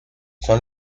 son